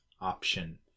option